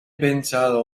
pensado